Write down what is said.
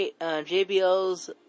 JBL's